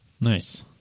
Nice